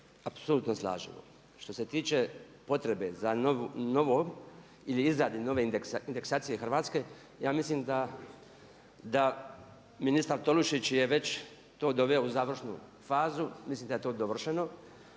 apsolutno slažemo. Što se tiče potrebe za novom ili izradi nove indeksacije Hrvatske ja mislim da ministar Tolušić je već to doveo u završnu fazu. Mislim da je to dovršeno